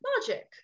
logic